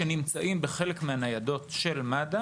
שנמצאים בחלק מהניידות של מד"א